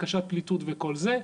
בקשת פליטות וכל זה.